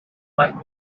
quit